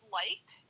liked